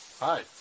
Hi